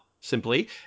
simply